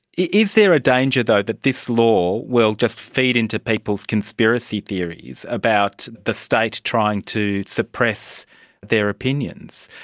is there a danger though that this law will just feed into people's conspiracy theories about the state trying to suppress their opinions?